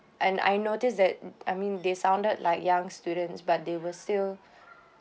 and I noticed that I mean they sounded like young students but they were still